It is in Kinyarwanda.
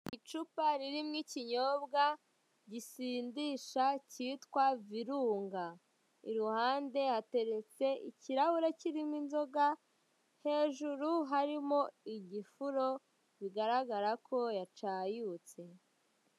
Icupa ririmo ikinyobwa gisindisha kitwa virunga iruhande hateretse ikirahure kirimo inzoga, hejuru harimo igifuro bigaragara ko yacayutse.